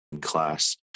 class